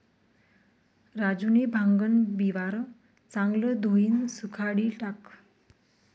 राजूनी भांगन बिवारं चांगलं धोयीन सुखाडी टाकं